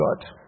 God